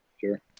Sure